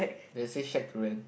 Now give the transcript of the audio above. they said shed to rent